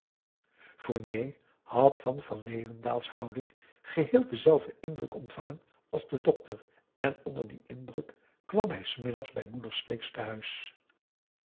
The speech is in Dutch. fournier had van van leeuwendaals houding geheel denzelfden indruk ontvangen als de dokter en onder dien indruk kwam hij s middags bij moeder sleeks tehuis